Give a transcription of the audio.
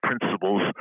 principles